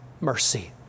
mercy